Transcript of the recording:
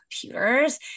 computers